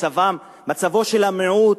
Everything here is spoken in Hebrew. מצבו של המיעוט,